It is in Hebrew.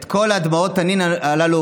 את כל דמעות התנין הללו,